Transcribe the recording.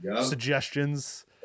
suggestions